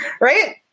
Right